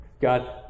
God